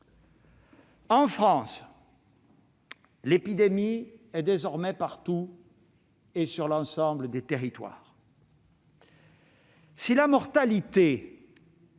En France, l'épidémie est désormais partout et sévit sur l'ensemble des territoires. Si la mortalité,